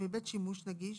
בבית שימוש נגיש,